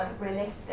realistic